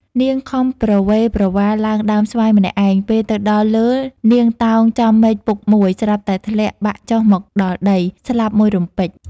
នាងខំប្រវេប្រវាឡើងដើមស្វាយម្នាក់ឯង ពេលទៅដល់លើនាងតោងចំមែកពុកមួយ ស្រាប់តែបាក់ធ្លាក់ចុះមកដល់ដី ស្លាប់មួយរំពេច។